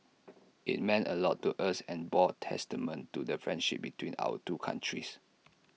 IT meant A lot to us and bore testament to the friendship between our two countries